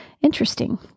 interesting